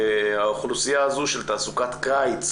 האוכלוסייה הזו של תעסוקת קיץ,